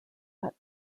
but